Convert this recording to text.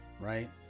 Right